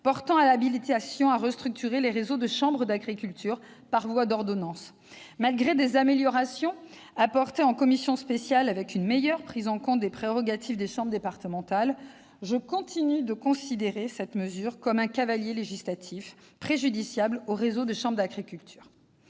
portant habilitation à restructurer les réseaux de chambres d'agriculture par voie d'ordonnance. Malgré des améliorations apportées en commission spéciale, avec une meilleure prise en compte des prérogatives des chambres départementales, je continue à considérer que cette mesure est un cavalier législatif, préjudiciable aux réseaux de chambres d'agriculture.